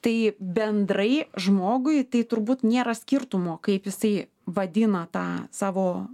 tai bendrai žmogui tai turbūt nėra skirtumo kaip jisai vadina tą savo